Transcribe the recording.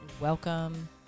Welcome